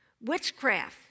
Witchcraft